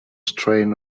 strain